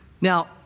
Now